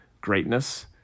greatness